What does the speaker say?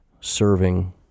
serving